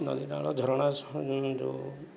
ନଈନାଳ ଝରଣା ସ ଯେଉଁ